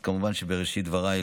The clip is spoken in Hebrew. כמובן שבראשית דבריי,